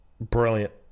brilliant